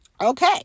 okay